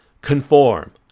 conform